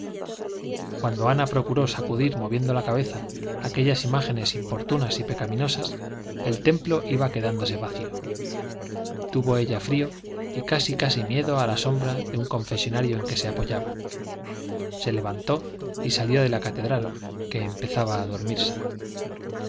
cuando ana procuró sacudir moviendo la cabeza aquellas imágenes importunas y pecaminosas el templo iba quedándose vacío tuvo ella frío y casi casi miedo a la sombra de un confesonario en que se apoyaba se levantó y salió de la catedral que empezaba a dormirse